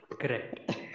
Correct